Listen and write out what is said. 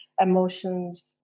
emotions